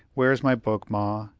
where's my book, ma?